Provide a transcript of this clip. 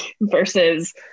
versus